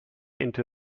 into